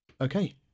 Okay